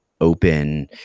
open